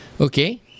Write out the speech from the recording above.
okay